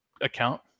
account